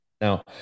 Now